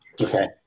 Okay